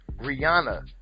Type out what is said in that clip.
rihanna